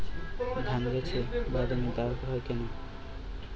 ধানগাছে বাদামী দাগ হয় কেন?